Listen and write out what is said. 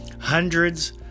Hundreds